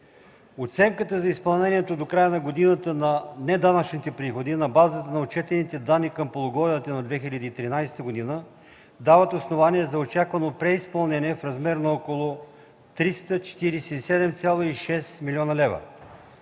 Оценката за изпълнението до края на годината на неданъчните приходи на базата на отчетните данни към полугодието на 2013 г. дават основание за очаквано преизпълнение в размер на около 347,6 млн. лв.